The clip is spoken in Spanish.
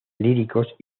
líricos